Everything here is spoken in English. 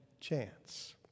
chance